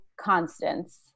constants